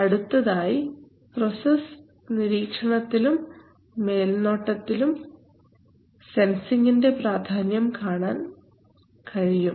അടുത്തതായി പ്രോസസ് നിരീക്ഷണത്തിലും മേൽനോട്ടത്തിലും സെൻസിങിന്റെ പ്രാധാന്യം കാണാൻ സാധിക്കും